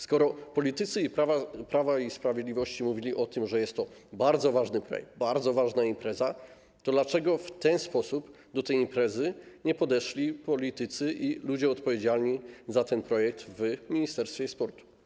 Skoro politycy Prawa i Sprawiedliwości mówili o tym, że jest to bardzo ważny projekt, bardzo ważna impreza, to dlaczego w ten sposób do tej imprezy nie podeszli politycy i ludzie odpowiedzialni w ministerstwie sportu?